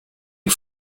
you